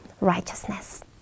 righteousness